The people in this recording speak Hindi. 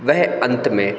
वह अंत में